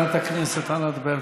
חברת הכנסת ענת ברקו,